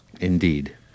Indeed